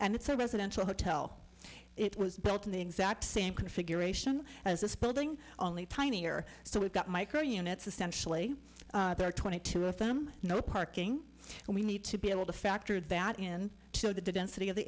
and it's a residential hotel it was built in the exact same configuration as this building tinier so we've got micro units essentially twenty two of them no parking and we need to be able to factor that in to the density of the